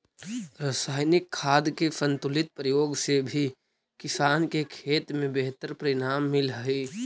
रसायनिक खाद के संतुलित प्रयोग से भी किसान के खेत में बेहतर परिणाम मिलऽ हई